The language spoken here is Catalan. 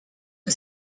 que